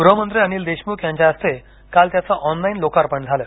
गृहमंत्री अनिल देशमुख यांच्या हस्ते काल त्याचं ऑनलाईन लोकार्पण झालं